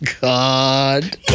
God